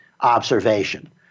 observation